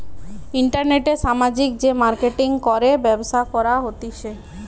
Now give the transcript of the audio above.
ইন্টারনেটে সামাজিক যে মার্কেটিঙ করে ব্যবসা করা হতিছে